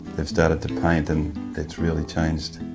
they've started to paint and it's really changed